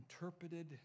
interpreted